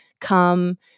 come